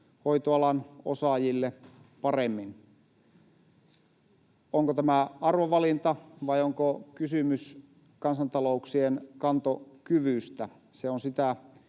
hoitoalan osaajille paremmin. Onko tämä arvovalinta, vai onko kysymys kansantalouksien kantokyvystä? Se on ehkä